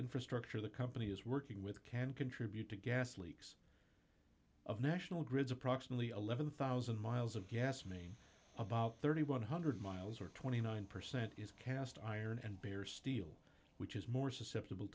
infrastructure the company is working with can contribute to gas leaks of national grids approximately eleven thousand miles of gas main about three thousand one hundred miles or twenty nine percent is cast iron and bare steel which is more susceptible